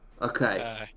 Okay